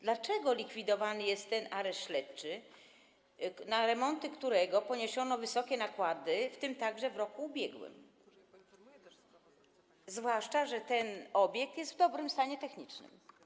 Dlaczego likwidowany jest ten areszt śledczy, na remonty którego poniesiono wysokie nakłady, w tym także w roku ubiegłym, zwłaszcza że ten obiekt jest w dobrym stanie technicznym?